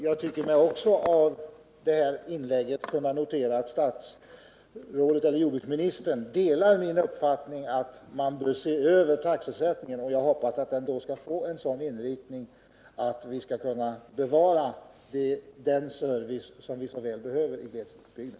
Jag tycker mig också kunna notera att jordbruksministern delar min uppfattning att man bör se över taxesättningen. Jag hoppas att den då skall få en sådan inriktning att vi skall kunna bevara ifrågavarande service som vi så väl behöver i glesbygden.